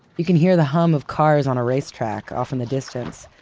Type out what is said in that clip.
you can hear the hum of cars on a racetrack off in the distance,